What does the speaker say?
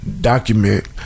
document